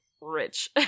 rich